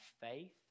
faith